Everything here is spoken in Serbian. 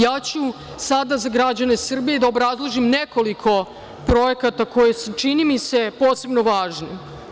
Ja ću sada za građane Srbije da obrazložim nekoliko projekata koji su, čini mi se, posebno važni.